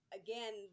again